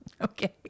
Okay